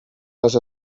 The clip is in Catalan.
les